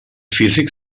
físic